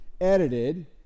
edited